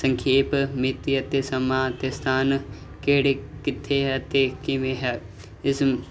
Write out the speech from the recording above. ਸੰਖੇਪ ਮਿਤੀ ਅਤੇ ਸਮਾਂ ਤੇ ਸਥਾਨ ਕਿਹੜੇ ਕਿੱਥੇ ਹੈ ਤੇ ਕਿਵੇਂ ਹੈ ਇਸਨੂੰ